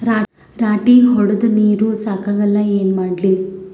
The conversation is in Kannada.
ರಾಟಿ ಹೊಡದ ನೀರ ಸಾಕಾಗಲ್ಲ ಏನ ಮಾಡ್ಲಿ?